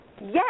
Yes